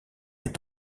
est